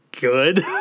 good